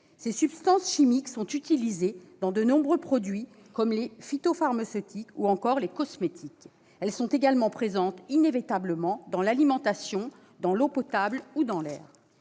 Ces substances chimiques sont utilisées dans de nombreux produits comme les phytopharmaceutiques ou les cosmétiques. Elles sont également présentes inévitablement dans l'alimentation, dans l'eau potable ou dans l'air.